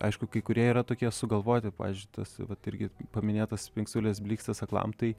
aišku kai kurie yra tokie sugalvoti pavyzdžiui tas vat irgi paminėtas spingsulės blykstės aklam tai